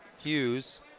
Hughes